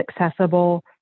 accessible